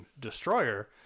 destroyer